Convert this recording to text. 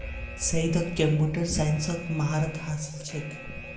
सैयदक कंप्यूटर साइंसत महारत हासिल छेक